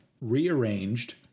Rearranged